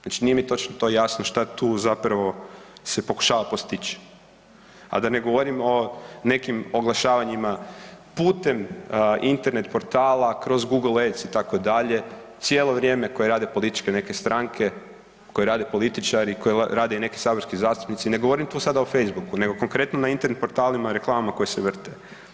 Znači nije mi točno to jasno šta tu se zapravo pokušava postići, a da ne govorim o nekim oglašavanjima putem internet portala kroz Google Edge itd., cijelo vrijeme koje rade političke neke stranke, koje rade političari, koje rade i neki saborski zastupnici, ne govorim tu sada o Facebook-u nego konkretno na internim portalima reklamama koje se vrte.